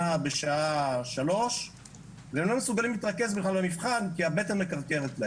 בשעה 15 והם לא מסוגלים להתרכז כי הבטן מכרכרת להם.